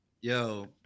Yo